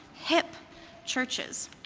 hip churches.